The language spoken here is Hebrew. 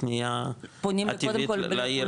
הפנייה הטבעית לעיר עצמה.